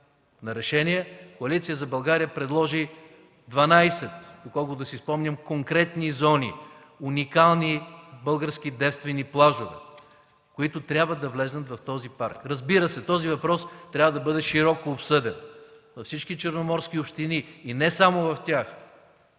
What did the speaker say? на решение Коалиция за България предложи 12, доколкото си спомням, конкретни зони, уникални български девствени плажове, които трябва да влязат в този парк. Разбира се, този въпрос трябва да бъде широко обсъден във всички черноморски общини, но не само в тях,